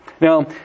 Now